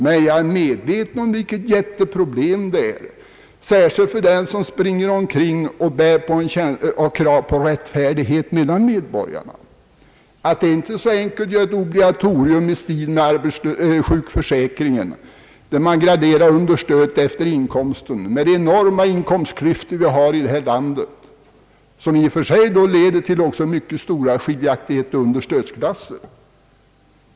Men jag är medveten om vilket jätteproblem det är, särskilt för dem som kräver rättvisa åt alla medborgare. Det är inte så enkelt att göra ett obligatorium i stil med vad som gäller inom sjukförsäkringen, där man graderar understödet efter inkomsten. Vi har ju i detta land enorma inkomstklyftor, som också 1leder till mycket stora skiljaktigheter i understödsklasser.